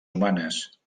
humanes